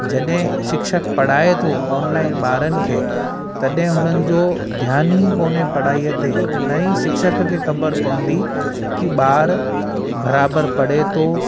जॾहिं शिक्षक पढ़ाए थो ऑनलाइन ॿारनि खे तॾहिं हुननि जो ध्यान ई कोने पढ़ाईअ ते ऐं न ई शिक्षक खे ख़बर पवंदी कि ॿार बराबरि पढ़े थो